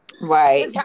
Right